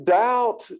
doubt